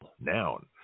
Noun